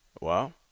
Wow